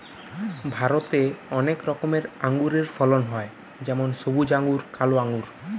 ভারতে অনেক রকমের আঙুরের ফলন হয় যেমন সবুজ আঙ্গুর, কালো আঙ্গুর